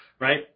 right